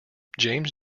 james